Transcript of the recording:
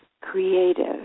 creative